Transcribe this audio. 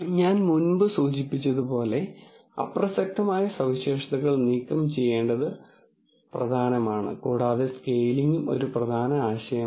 ഞാൻ മുമ്പ് സൂചിപ്പിച്ചതുപോലെ അപ്രസക്തമായ സവിശേഷതകൾ നീക്കം ചെയ്യേണ്ടത് പ്രധാനമാണ് കൂടാതെ സ്കെയിലിംഗും ഒരു പ്രധാന ആശയമാണ്